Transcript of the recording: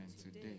today